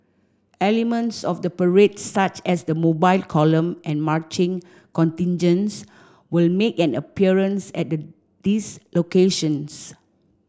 elements of the parade such as the Mobile Column and marching contingents will make an appearance at these locations